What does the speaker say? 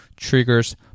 triggers